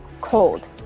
cold